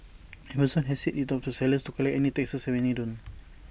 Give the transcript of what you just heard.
Amazon has said it's up to the sellers to collect any taxes and many don't